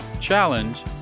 challenge